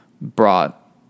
brought